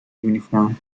uniform